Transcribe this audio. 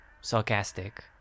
Sarcastic